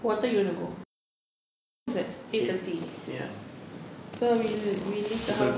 what time you want to go close err that one close at eight thirty so we we leave the house at